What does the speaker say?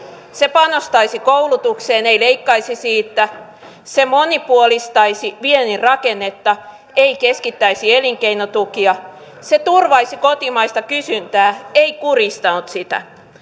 se panostaisi koulutukseen ei leikkaisi siitä se monipuolistaisi viennin rakennetta ei keskittäisi elinkeinotukia se turvaisi kotimaista kysyntää ei kurjistaisi sitä